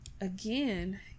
again